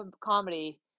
comedy